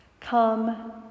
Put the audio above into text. Come